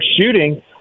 shooting